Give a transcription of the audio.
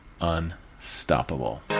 unstoppable